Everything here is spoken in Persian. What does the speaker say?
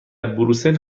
بروسل